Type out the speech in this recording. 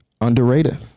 Underrated